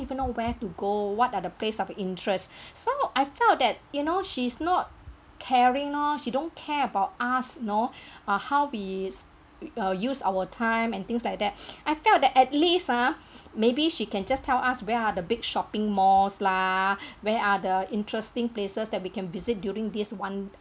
even know where to go what are the place of interest so I felt that you know she's not caring lor she don't care about us know ah how we uh use our time and things like that I felt that at least ah maybe she can just tell us where are the big shopping malls lah where are the interesting places that we can visit during this [one]